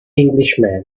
englishman